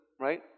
right